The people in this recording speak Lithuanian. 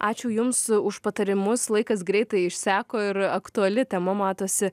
ačiū jums už patarimus laikas greitai išseko ir aktuali tema matosi